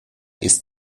ist